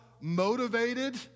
motivated